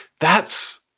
that's.